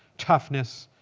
toughness,